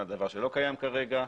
דבר שלא קיים כרגע.